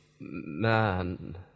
Man